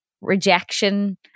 rejection